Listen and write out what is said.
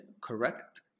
correct